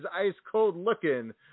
ice-cold-looking